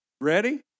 Ready